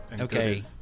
Okay